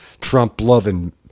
Trump-loving